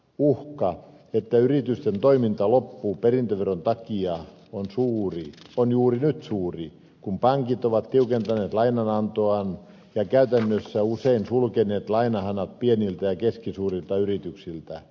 uhka että yritysten toiminta loppuu perintöveron takia on juuri nyt suuri kun pankit ovat tiukentaneet lainanantoaan ja käytännössä usein sulkeneet lainahanat pieniltä ja keskisuurilta yrityksiltä